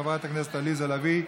של חברת הכנסת עליזה לביא.